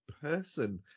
person